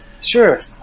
Sure